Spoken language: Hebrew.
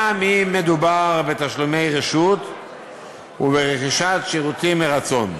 גם אם מדובר בתשלומי רשות וברכישת שירותים מרצון.